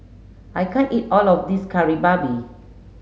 I can't eat all of this Kari Babi